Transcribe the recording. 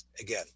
again